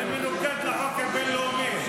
זה מנוגד לחוק הבין-לאומי.